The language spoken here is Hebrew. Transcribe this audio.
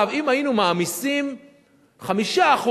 אם היינו מעמיסים 5%,